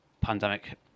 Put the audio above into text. pandemic